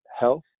Health